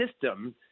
system